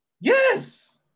Yes